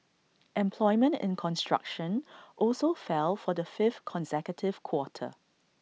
employment in construction also fell for the fifth consecutive quarter